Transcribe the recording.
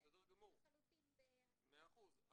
שר הרווחה תומך לחלוטין ב --- מאה אחוז,